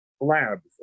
labs